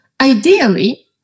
ideally